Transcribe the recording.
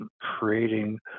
creating